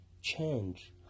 change